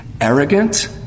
arrogant